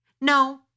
No